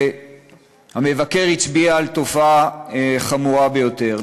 והמבקר הצביע על תופעה חמורה ביותר.